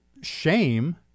shame